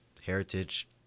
heritage